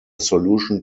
solution